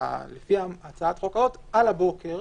לפי הצעת החוק הזאת, על הבוקר,